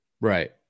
Right